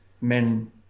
men